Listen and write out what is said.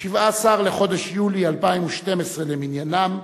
17 בחודש יולי 2012 למניינם,